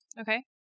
Okay